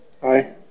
Hi